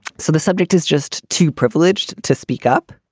so the subject is just too privileged to speak up.